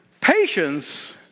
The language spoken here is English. Patience